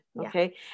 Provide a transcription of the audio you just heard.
Okay